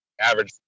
average